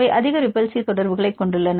அவை அதிக ரிபல்ஸிவ் தொடர்புகளைக் கொண்டுள்ளன